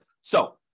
So-